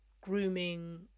grooming